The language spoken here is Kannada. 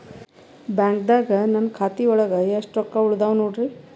ಬ್ಯಾಂಕ್ದಾಗ ನನ್ ಖಾತೆ ಒಳಗೆ ಎಷ್ಟ್ ರೊಕ್ಕ ಉಳದಾವ ನೋಡ್ರಿ?